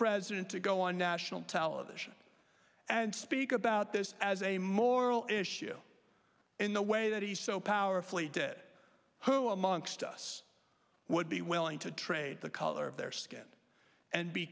president to go on national television and speak about this as a moral issue in the way that he so powerfully did who amongst us would be willing to trade the color of their skin and be